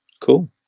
Cool